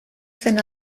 zen